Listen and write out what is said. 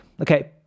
okay